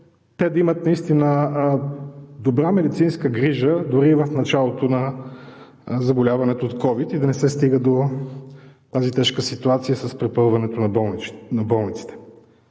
те да имат наистина добра медицинска грижа дори и в началото на заболяването от COVID и да не се стига до тази тежка ситуация с препълването на болниците?